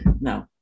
No